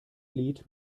lied